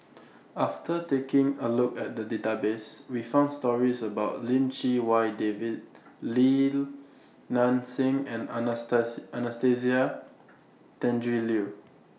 after taking A Look At The Database We found stories about Lim Chee Wai David Li Nanxing and Anastasia Tjendri Liew